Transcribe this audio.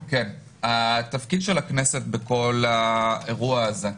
התפקיד של הכנסת בכל האירוע הזה.